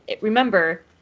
Remember